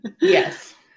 Yes